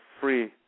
free